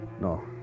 No